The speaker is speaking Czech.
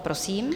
Prosím.